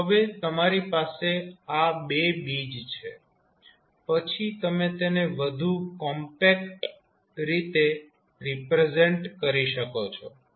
તો હવે તમારી પાસે આ બે બીજ છે પછી તમે તેને વધુ કોમ્પેક્ટ રીતે રિપ્રેઝેન્ટ કરી શકો છો